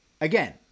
again